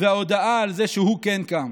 וההודיה על זה שהוא כן קם.